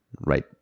right